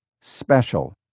special